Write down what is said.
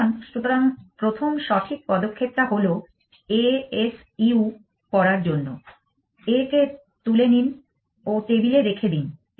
সুতরাং প্রথম সঠিক পদক্ষেপটা হল A S U করার জন্য A কে তুলে নিন ও টেবিলে রেখে দিন